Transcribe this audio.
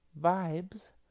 Vibes